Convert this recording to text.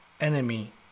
enemy